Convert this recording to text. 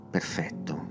Perfetto